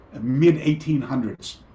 mid-1800s